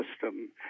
system